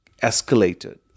escalated